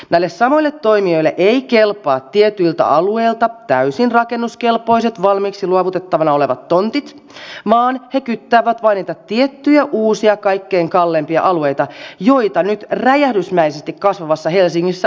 näille samoille toimijoille eivät kelpaa tietyltä alueelta täysin rakennuskelpoiset valmiiksi luovutettavana olevat tontit vaan he kyttäävät vain niitä tiettyjä uusia kaikkein kalleimpia alueita joita nyt räjähdysmäisesti kasvavassa helsingissä on